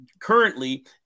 currently